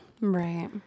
Right